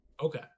Okay